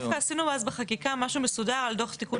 דווקא עשינו אז בחקיקה משהו מסודר על דוח תיקון